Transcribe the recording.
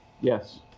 Yes